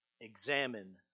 examine